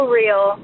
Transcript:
real